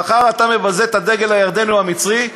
אם מחר אתה מבזה את הדגל הירדני או המצרי,